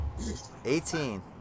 18